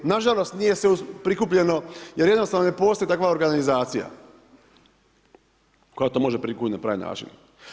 Nažalost nije se prikupljeno jer jednostavno ne postoji takva organizacija koja to može prikupiti na pravi način.